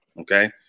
okay